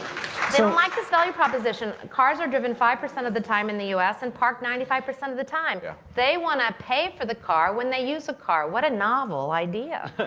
like this value proposition. cars are driven five percent of the time in the us and parked ninety five percent of the time. yeah they want to pay for the car when they use a car. what a novel idea,